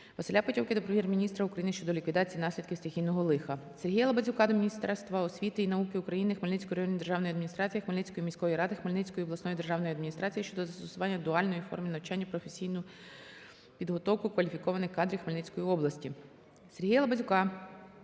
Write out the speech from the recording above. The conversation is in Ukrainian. Василя Петьовки до Прем'єр-міністра України щодо ліквідації наслідків стихійного лиха. Сергія Лабазюка до Міністерства освіти і науки України, Хмельницької районної державної адміністрації, Хмельницької міської ради, Хмельницької обласної державної адміністрації щодо застосування дуальної форми навчання у професійну підготовку кваліфікованих кадрів Хмельницької області. Сергія Лабазюка